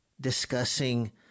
discussing